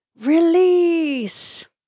release